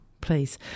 please